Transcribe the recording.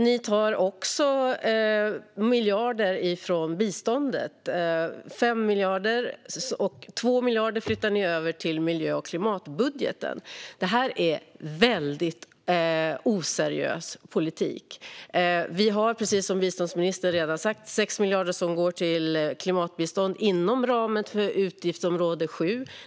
Ni tar också 5 miljarder från biståndet och flyttar över 2 miljarder till miljö och klimatbudgeten. Detta är väldigt oseriös politik. Vi har, precis som biståndsministern redan sagt, 6 miljarder som går till klimatbistånd inom ramen för utgiftsområde 7.